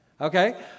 Okay